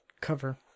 cover